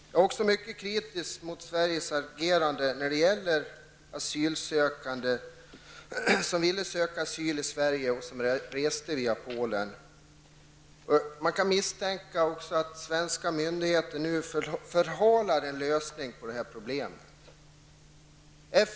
Jag är också mycket kritisk mot Sveriges agerande när det gäller personer som ville söka asyl i Sverige och som reste via Polen. Man kan också misstänka att svenska myndigheter nu förhalar en lösning av detta problem.